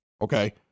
okay